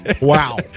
Wow